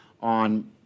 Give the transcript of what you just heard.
on